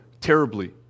terribly